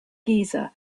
giza